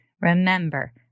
remember